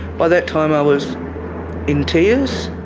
by that time i was in tears.